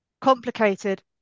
Complicated